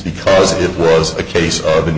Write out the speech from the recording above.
because it was a case of a